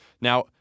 now